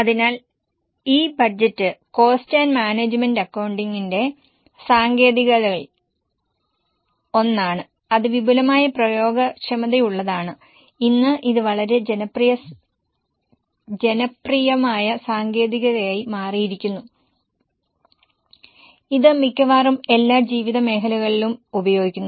അതിനാൽ ഈ budget cost and management അക്കൌണ്ടിംഗിന്റെ സാങ്കേതികതകളിൽ ഒന്നാണ് അത് വിപുലമായ പ്രയോഗക്ഷമതയുള്ളതാണ് ഇന്ന് ഇത് വളരെ ജനപ്രിയമായ സാങ്കേതികതയായി മാറിയിരിക്കുന്നു ഇത് മിക്കവാറും എല്ലാ ജീവിത മേഖലകളിലും ഉപയോഗിക്കുന്നു